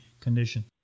condition